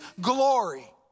glory